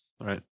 right